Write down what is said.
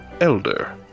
elder